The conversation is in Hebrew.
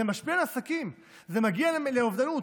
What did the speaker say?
זה משפיע על עסקים, זה מגיע לאובדנות.